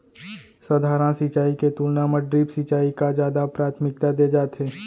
सधारन सिंचाई के तुलना मा ड्रिप सिंचाई का जादा प्राथमिकता दे जाथे